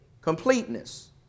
completeness